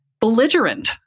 belligerent